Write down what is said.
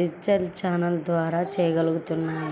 digital ఛానెల్ల ద్వారా చెయ్యగలుగుతున్నాం